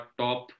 top